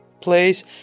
place